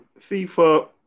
FIFA